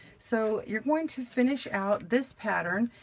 so you're going to finish out this pattern.